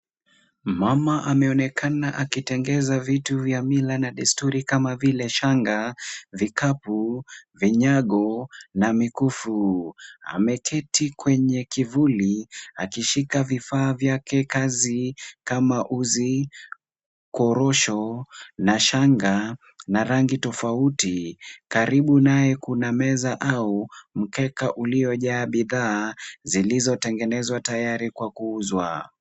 Mama ameonekana akitengeza vitu vya mila na desturi kama vile shanga, vikapu, vinyago na mikufu. Ameketi kwenye kivuli akishika vifaa vyake kazi kama uzi, korosho na shanga na rangi tofauti. Karibu naye kuna meza au mkeka uliojaa bidhaa zilizotengenezwa tayari kwa kuuzwa.